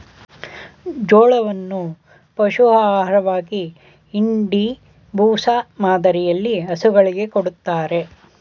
ಜೋಳವನ್ನು ಪಶು ಆಹಾರವಾಗಿ ಇಂಡಿ, ಬೂಸ ಮಾದರಿಯಲ್ಲಿ ಹಸುಗಳಿಗೆ ಕೊಡತ್ತರೆ